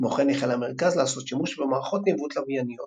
כמו כן החל המרכז לעשות שימוש במערכות ניווט לווייניות